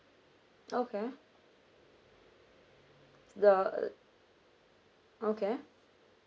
okay the okay